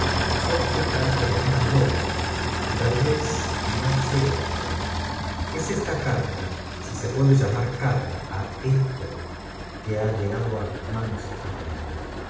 sóto se trata de una broma que tal vez no sea brorn a carta si se puede llamar carta á esto que ha llegado a mis manos esta mañana